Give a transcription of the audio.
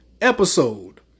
episode